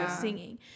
singing